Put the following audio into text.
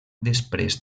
després